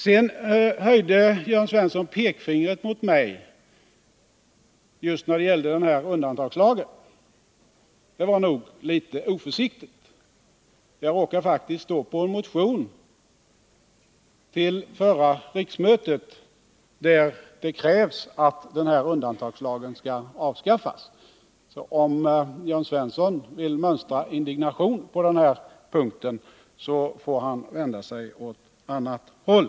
När Jörn Svensson så höjde pekfingret mot just mig när det gällde undantagslagen, var det nog litet oförsiktigt. Jag råkar faktiskt ha skrivit under en motion till förra riksmötet, där det krävs att denna lag skall avskaffas. Om Jörn Svensson vill mönstra indignation på den punkten, så får han vända sig åt annat håll.